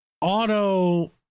auto